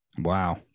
Wow